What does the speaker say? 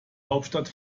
hauptstadt